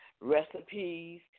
recipes